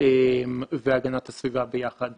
והגנת הסביבה ביחד